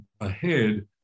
ahead